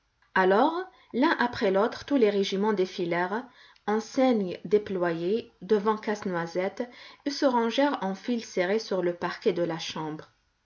alors l'un après l'autre tous les régiments défilèrent enseignes déployées devant casse-noisette et se rangèrent en files serrées sur le parquet de la chambre